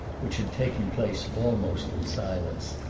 which had taken place almost in silence,